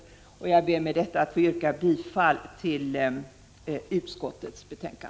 Jag ber med detta att få yrka bifall till utskottets hemställan.